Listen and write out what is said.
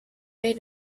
made